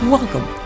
Welcome